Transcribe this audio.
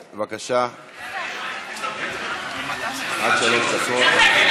בבקשה, עד שלוש דקות.